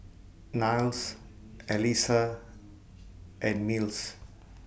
Niles Elissa and Mills